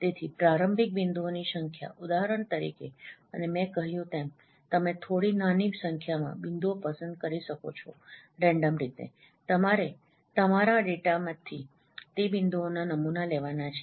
તેથી પ્રારંભિક બિંદુઓની સંખ્યા ઉદાહરણ તરીકે અને મેં કહ્યું તેમ તમે થોડી નાની સંખ્યામાં બિંદુઓ પસંદ કરી શકો છોરેન્ડમ રીતે તમારે તમારા ડેટામાંથી તે બિંદુઓના નમૂના લેવાના છે